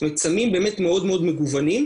זאת אומרת סמים באמת מאוד מאוד מגוונים,